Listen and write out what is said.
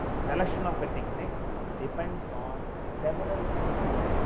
selection of a technique depends on several factors.